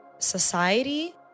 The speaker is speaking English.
society